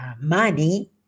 money